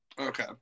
Okay